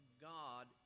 God